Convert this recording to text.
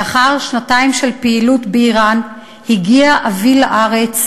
לאחר שנתיים של פעילות באיראן הגיע אבי לארץ,